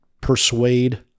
persuade